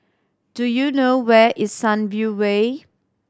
do you know where is Sunview Way